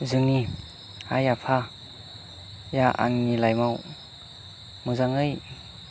जोंनि आइ आफाया आंनि लाइभाव मोजाङै